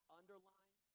underline